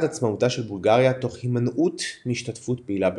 עצמאותה של בולגריה תוך הימנעות מהשתתפות פעילה במלחמות.